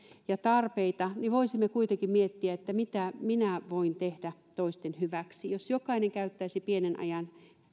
ja tarpeita niin voisimme kuitenkin miettiä mitä minä voin tehdä toisten hyväksi jos jokainen käyttäisi pienen ajan